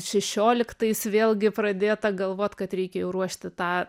šešioliktais vėlgi pradėta galvot kad reikia jau ruošti tą